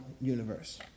universe